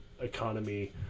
economy